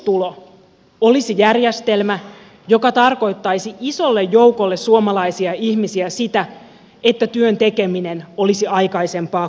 perustulo olisi järjestelmä joka tarkoittaisi isolle joukolle suomalaisia ihmisiä sitä että työn tekeminen olisi aikaisempaa kannattavampaa